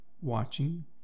watching